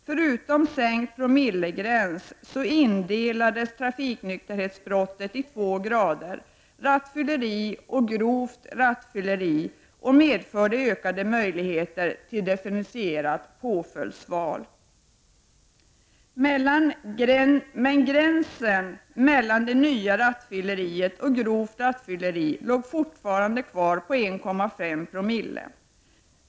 Förutom sänkt promillegräns indelades trafiknykterhetsbrotten i två grader, rattfylleri och grovt rattfylleri, samtidigt som förslaget innebar ökade möjligheter till differentierat påföljdsval. Men gränsen mellan rattfylleri och grovt rattfylleri låg fortfarande kvar på 1,5 Joo.